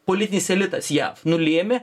politinis elitas jav nulėmė